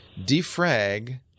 defrag